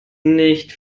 nicht